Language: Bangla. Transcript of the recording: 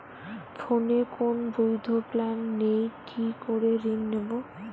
ফোনে কোন বৈধ প্ল্যান নেই কি করে ঋণ নেব?